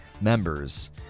members